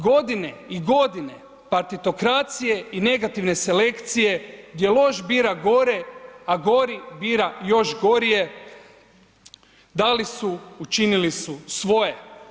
Godine i godine partitokracije i negativne selekcije gdje loš bira gore, a gori bira još gore, dali su, učinili su svoje.